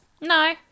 No